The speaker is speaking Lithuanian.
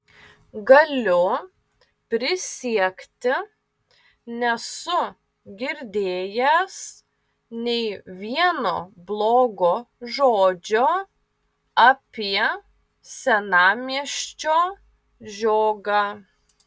galiu prisiekti nesu girdėjęs nei vieno blogo žodžio apie senamiesčio žiogą